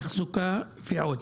תחזוקה ועוד.